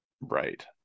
Right